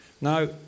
Now